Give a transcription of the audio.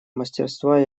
мастерства